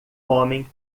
homem